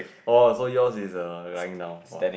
oh so yours is err lying down !wah!